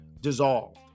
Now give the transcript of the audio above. dissolved